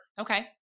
Okay